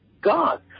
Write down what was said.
God